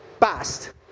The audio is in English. past